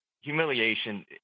Humiliation